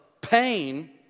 pain